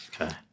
Okay